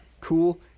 cool